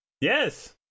Yes